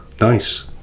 Nice